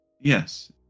Yes